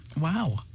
Wow